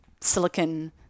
silicon